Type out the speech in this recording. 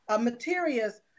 materials